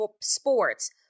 sports